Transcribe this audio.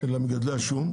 למגדלי השום.